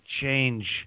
change